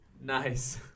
Nice